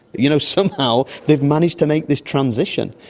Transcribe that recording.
you know somehow they've managed to make this transition.